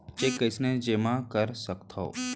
Cheque कईसने जेमा कर सकथो?